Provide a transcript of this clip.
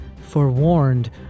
forewarned